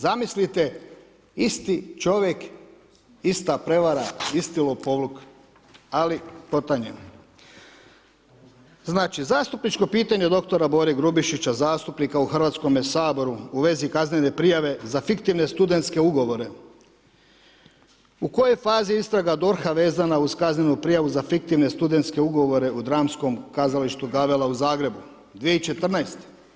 Zamislite iste čovjek, ista prevara, isti lopovluk, ali ... Znači, zastupničko pitanje doktora Bore Grubišića, zastupnika u Hrvatskom saboru u vezi kaznene prijave za fiktivne studentske ugovore, u kojoj fazi je istraga DORH-a vezana uz kaznenu prijavu za fiktivne studentske ugovore u dramskom kazalištu Gavella u Zagrebu 2014.